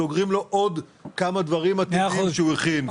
סוגרים לו עוד כמה דברים עתידיים שהוא הכין.